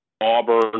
auburn